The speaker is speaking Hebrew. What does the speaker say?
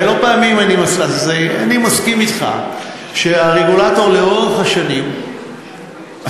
אני מסכים אתך שהרגולטור לאורך השנים עשה